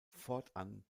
fortan